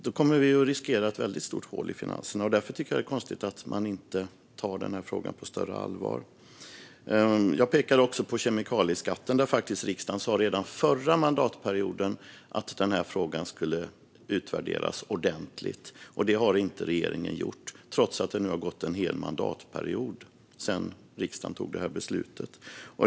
Då riskerar vi att få ett stort hål i finanserna. Därför tycker jag att det är konstigt att man inte tar denna fråga på större allvar. Jag pekade också på kemikalieskatten. Där sa riksdagen redan under den förra mandatperioden att frågan skulle utvärderas ordentligt, men detta har regeringen inte gjort trots att det nu har gått en hel del mandatperiod sedan riksdagen tog beslutet.